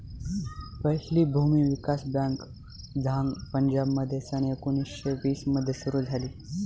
पहिली भूमी विकास बँक झांग पंजाबमध्ये सन एकोणीसशे वीस मध्ये सुरू झाली